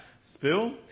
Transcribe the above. spill